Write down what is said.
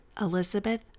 Elizabeth